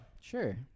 Sure